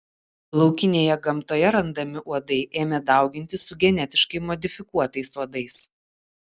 laukinėje gamtoje randami uodai ėmė daugintis su genetiškai modifikuotais uodais